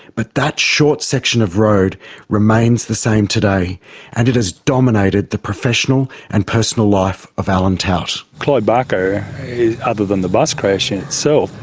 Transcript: but that short section of road remains the same today and it has dominated the professional and personal life of alan tout. clybucca, other than the bus crash in so